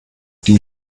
die